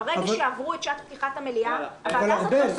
ברגע שעברו את שעת פתיחת המליאה אין לה.